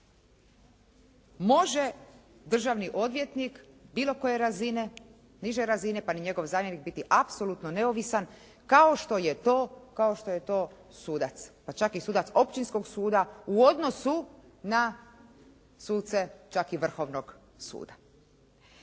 može državni odvjetnik bilo koje razine, niže razine pa ni njegov zamjenik biti apsolutno neovisan kao što je to, kao što je to sudac pa čak i sudac Općinskog suda u odnosu na suce čak i Vrhovnog suda.